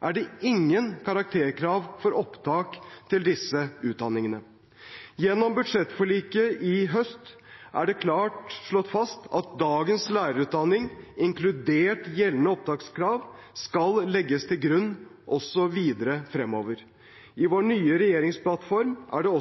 er det ingen karakterkrav for opptak til disse utdanningene. Gjennom budsjettforliket i høst er det klart slått fast at dagens lærerutdanning, inkludert gjeldende opptakskrav, skal legges til grunn også videre fremover. I vår nye regjeringsplattform er det